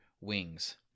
wings